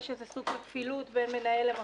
יש סוג של כפילות בין "מנהל" ל"מפעיל"